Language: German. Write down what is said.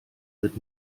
wird